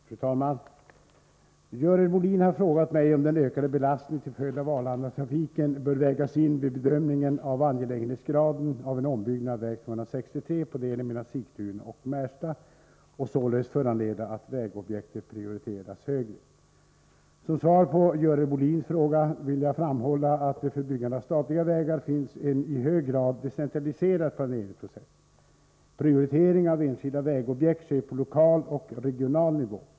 Fru talman! Görel Bohlin har frågat mig om den ökade belastningen till följd av Arlandatrafiken bör vägas in vid bedömningen av angelägenhetsgraden av en ombyggnad av väg 263 på delen mellan Sigtuna och Märsta och således föranleda att vägobjektet prioriteras högre. Som svar på Görel Bohlins fråga vill jag framhålla att det för byggande av statliga vägar finns en i hög grad decentraliserad planeringsprocess. Prioritering av enskilda vägobjekt sker på lokal och regional nivå.